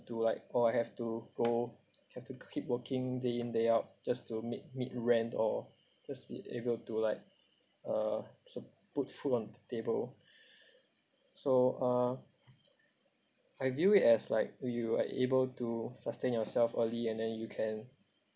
into like or have to go have to keep working day in day out just to meet meet rent or just be able to like uh sup~ put food on the table so uh I view it as like you are able to sustain yourself early and then you can